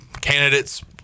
candidates